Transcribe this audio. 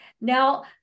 Now